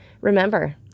Remember